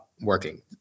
working